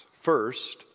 First